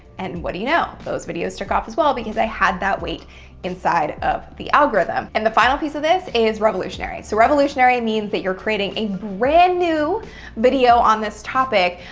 and what do you know? those videos took off as well because i had that weight inside of the algorithm. and the final piece of this is revolutionary. so revolutionary means that you're creating a brand new video on this topic.